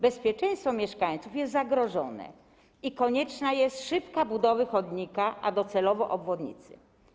Bezpieczeństwo mieszkańców jest zagrożone i konieczna jest szybka budowa chodnika, a docelowo obwodnicy.